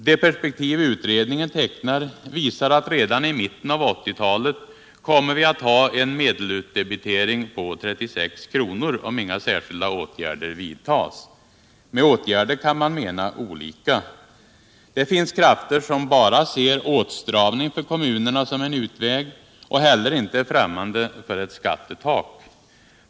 Det perspektiv utredningen tecknar visar att redan i mitten av 1980-talet kommer vi att ha en medelutdebitering på 36 kr. om inga särskilda åtgärder vidtas. Man kan mena olika när man talar om åtgärder. Det finns krafter som bara ser åtstramning för kommunerna som en utväg och heller inte är främmande för ett skattetak.